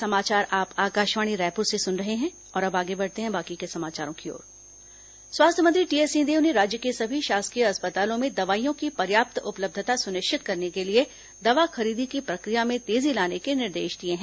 स्वास्थ्य मंत्री बैठक स्वास्थ्य मंत्री टीएस सिंहदेव ने राज्य के सभी शासकीय अस्पतालों में दवाईयों की पर्याप्त उपलब्धता सुनिश्चित करने के लिए दवा खरीदी की प्रक्रिया में तेजी लाने के निर्देश दिए हैं